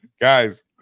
Guys